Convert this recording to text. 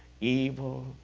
Evil